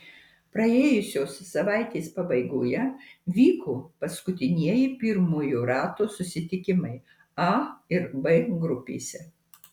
praėjusios savaitės pabaigoje vyko paskutinieji pirmojo rato susitikimai a ir b grupėse